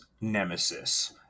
nemesis